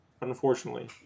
Unfortunately